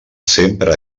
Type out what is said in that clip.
sempre